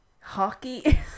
Hockey